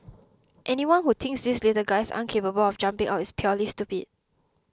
anyone who thinks these little guys aren't capable of jumping out is purely stupid